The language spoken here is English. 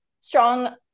strong